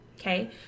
Okay